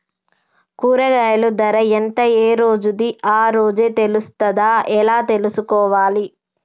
కూరగాయలు ధర ఎంత ఏ రోజుది ఆ రోజే తెలుస్తదా ఎలా తెలుసుకోవాలి?